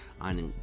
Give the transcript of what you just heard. on